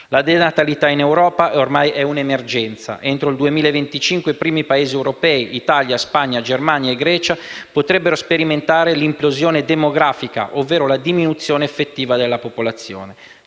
La denatalità in Europa è ormai un'emergenza. Entro il 2025 i primi Paesi europei - Italia, Spagna, Germania e Grecia - potrebbero sperimentare l'implosione demografica, ovvero la diminuzione effettiva della popolazione.